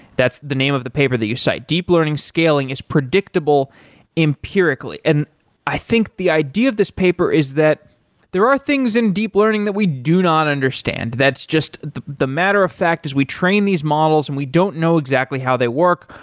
that's the name of the paper that you cite, deep learning scaling is predictable empirically. and i think the idea of this paper is that there are things in deep learning that we do not understand. that's just the the matter of fact is we train these models and we don't know exactly how they work,